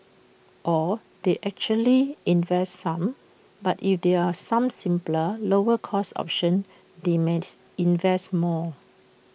or they actually invest some but if there some simpler lower cost options they may invest more